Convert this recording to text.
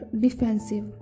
defensive